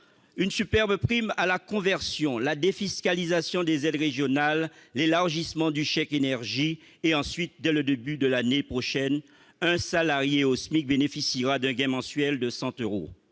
une super-prime à la conversion, la défiscalisation des aides régionales et l'élargissement du chèque énergie. Ensuite, dès le début de l'année prochaine, un salarié au SMIC bénéficiera d'un gain mensuel de cent euros,